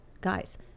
Guys